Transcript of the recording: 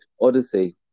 Odyssey